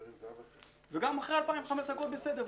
וגם אחרי 2015 הכול בסדר.